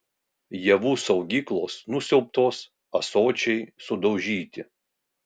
javų saugyklos nusiaubtos ąsočiai sudaužyti